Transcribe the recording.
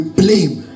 blame